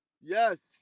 Yes